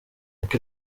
kuko